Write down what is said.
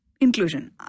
inclusion